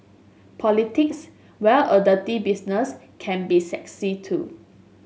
politics while a dirty business can be sexy too